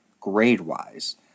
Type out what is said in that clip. grade-wise